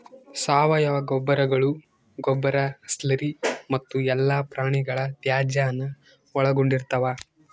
ಸಾವಯವ ಗೊಬ್ಬರಗಳು ಗೊಬ್ಬರ ಸ್ಲರಿ ಮತ್ತು ಎಲ್ಲಾ ಪ್ರಾಣಿಗಳ ತ್ಯಾಜ್ಯಾನ ಒಳಗೊಂಡಿರ್ತವ